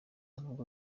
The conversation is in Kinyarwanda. n’ubwo